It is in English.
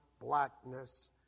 blackness